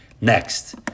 Next